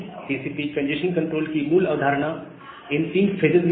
TCP congestion control की मूल अवधारणा इन 3 फेजेज में है